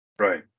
Right